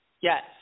Yes